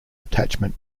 attachment